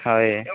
ହ ଏ